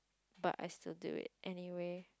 but I still do it anyway